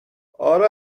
آره